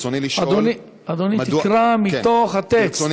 אדוני, תקרא מתוך הטקסט.